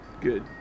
Good